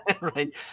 Right